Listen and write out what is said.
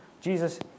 Jesus